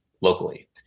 locally